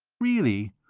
really?